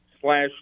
slash